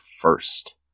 first